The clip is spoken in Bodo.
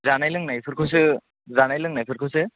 जानाय लोंनायफोरखौसो जानाय लोंनायफोरखौसो